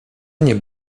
nie